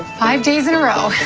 five days in a row.